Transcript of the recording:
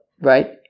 Right